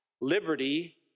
liberty